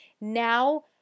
now